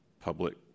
public